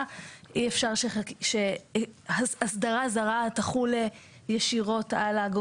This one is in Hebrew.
כי זה נשמע, תחשבו על זה שוב פעם.